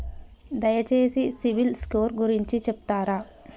దయచేసి సిబిల్ స్కోర్ గురించి చెప్తరా?